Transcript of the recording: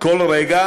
כל רגע,